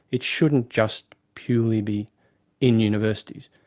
it shouldn't just purely be in universities,